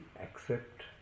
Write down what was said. accept